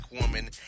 woman